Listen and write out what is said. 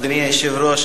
אדוני היושב-ראש,